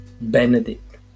Benedict